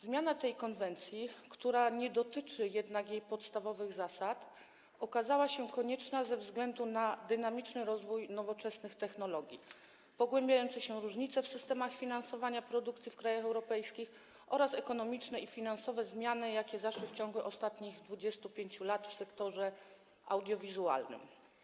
Zmiana tej konwencji, która nie dotyczy jednak jej podstawowych zasad, okazała się konieczna ze względu na dynamiczny rozwój nowoczesnych technologii, pogłębiające się różnice w systemach finansowania produkcji w krajach europejskich oraz ekonomiczne i finansowe zmiany, jakie zaszły w ciągu ostatnich 25 lat w sektorze audiowizualnym.